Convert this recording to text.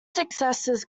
successes